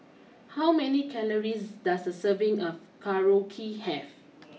how many calories does a serving of Korokke have